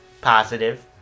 positive